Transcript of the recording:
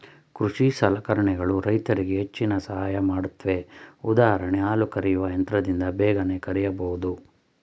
ಕೃಷಿ ಸಲಕರಣೆಗಳು ರೈತರಿಗೆ ಹೆಚ್ಚಿನ ಸಹಾಯ ಮಾಡುತ್ವೆ ಉದಾಹರಣೆಗೆ ಹಾಲು ಕರೆಯುವ ಯಂತ್ರದಿಂದ ಬೇಗನೆ ಕರೆಯಬೋದು